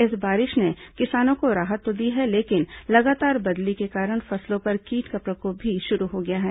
इस बारिश ने किसानों को राहत तो दी है लेकिन लगातार बदली के कारण फसलों पर कीट का प्रकोप भी शुरू हो गया है